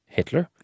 Hitler